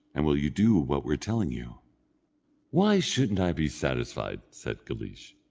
and will you do what we're telling you why shouldn't i be satisfied? said guleesh.